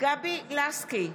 גבי לסקי,